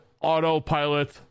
autopilot